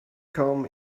come